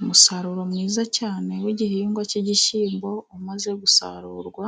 Umusaruro mwiza cyane w'igihingwa cy'igishyimbo, umaze gusarurwa.